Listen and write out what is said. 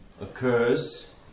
occurs